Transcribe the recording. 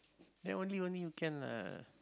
then only only you can lah